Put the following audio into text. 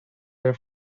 air